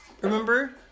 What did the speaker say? remember